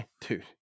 Dude